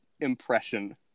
impression